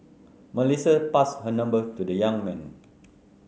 Melissa passed her number to the young man